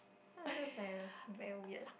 I don't know that's very very weird